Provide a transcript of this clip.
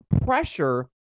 pressure